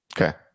Okay